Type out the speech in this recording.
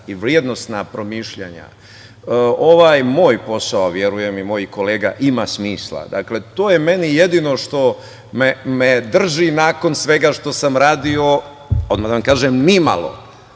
i vrednosna promišljanja, ovaj posao, a verujem i mojih kolega, ima smisla. To je meni jedino što me drži nakon svega što sam radio, odmah da vam kažem, ni malo